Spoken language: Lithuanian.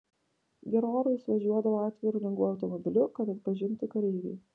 geru oru jis važiuodavo atviru lengvuoju automobiliu kad atpažintų kareiviai